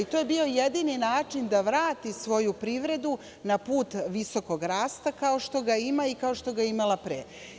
To je bio jedini način da vrati svoju privredu na put visokog rasta, kao što ga ima i kao što ga je imala pre.